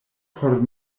por